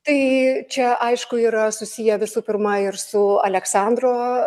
tai čia aišku yra susiję visų pirma ir su aleksandro